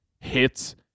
hits